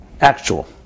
actual